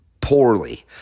poorly